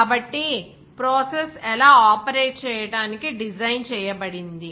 కాబట్టి ప్రాసెస్ ఎలా ఆపరేట్ చేయడానికి డిజైన్ చేయబడింది